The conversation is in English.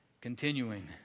continuing